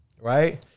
Right